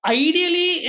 ideally